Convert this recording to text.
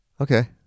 Okay